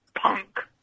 Punk